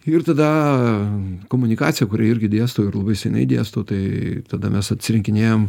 ir tada komunikacija kurią irgi dėstau ir labai seniai dėstau tai tada mes atsirinkinėjam